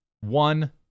one